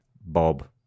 Bob